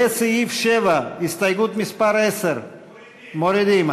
לסעיף 7, הסתייגות מס' 10. מורידים.